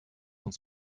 uns